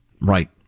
Right